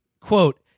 Quote